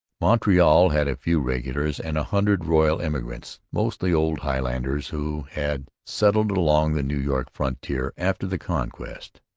montreal had a few regulars and a hundred royal emigrants mostly old highlanders who had settled along the new york frontier after the conquest.